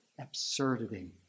absurdity